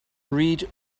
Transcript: read